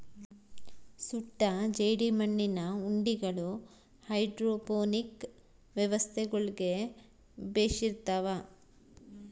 ಸುಟ್ಟ ಜೇಡಿಮಣ್ಣಿನ ಉಂಡಿಗಳು ಹೈಡ್ರೋಪೋನಿಕ್ ವ್ಯವಸ್ಥೆಗುಳ್ಗೆ ಬೆಶಿರ್ತವ